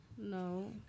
No